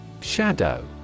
Shadow